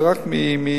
זה רק ממע"מ,